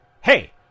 Hey